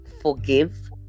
forgive